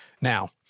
Now